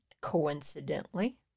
coincidentally